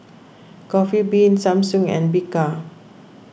Coffee Bean Samsung and Bika